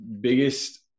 biggest